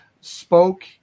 spoke